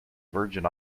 virgin